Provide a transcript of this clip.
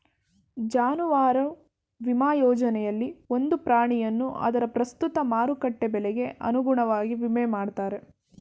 ಜಾನುವಾರು ವಿಮಾ ಯೋಜನೆಯಲ್ಲಿ ಒಂದು ಪ್ರಾಣಿಯನ್ನು ಅದರ ಪ್ರಸ್ತುತ ಮಾರುಕಟ್ಟೆ ಬೆಲೆಗೆ ಅನುಗುಣವಾಗಿ ವಿಮೆ ಮಾಡ್ತಾರೆ